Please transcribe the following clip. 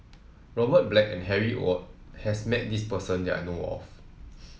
Robert Black and Harry Ord has met this person that I know of